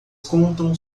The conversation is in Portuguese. contam